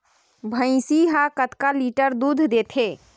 भंइसी हा कतका लीटर दूध देथे?